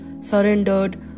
surrendered